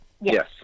Yes